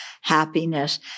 happiness